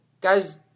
Guy's